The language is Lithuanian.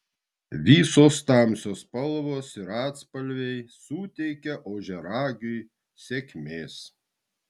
visos tamsios spalvos ir atspalviai suteikia ožiaragiui sėkmės